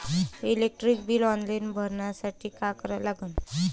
Electric bill online भरासाठी का करा लागन?